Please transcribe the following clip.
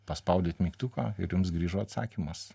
paspaudėt mygtuką ir jums grįžo atsakymas